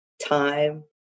time